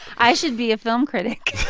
i should be a film critic